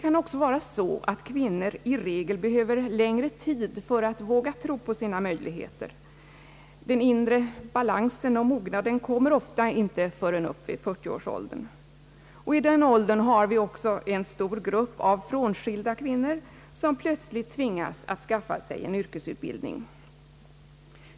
Kvinnor behöver kanske också i regel längre tid för att våga tro på sina möjligheter — den inre balansen och mognaden kommer ofta inte förrän upp i 40-årsåldern; och där har vi även en stor grupp frånskilda kvinnor som plötsligt tvingas skaffa sig en yrkesutbildning.